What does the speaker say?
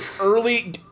early